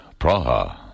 Praha